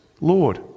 Lord